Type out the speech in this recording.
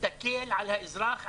ותקל על האזרח,